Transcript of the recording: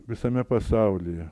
visame pasaulyje